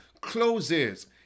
closes